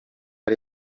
ari